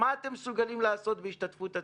מה אתם מסוגלים לעשות בהשתתפות עצמית?